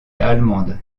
allemande